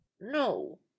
No